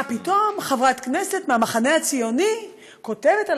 מה פתאום חברת כנסת מהמחנה הציוני כותבת על